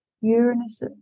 Uranus